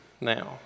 now